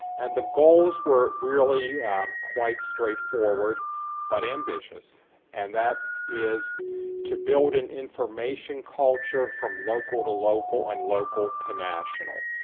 and the goals were really quite straight forward but ambitious and that is to build an information culture from local to local and local to national.